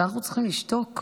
שאנחנו צריכים לשתוק?